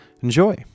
Enjoy